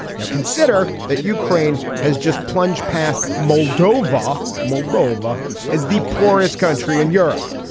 now consider that ukraine has just plunged past moldova moldova as the poorest country in europe.